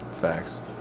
Facts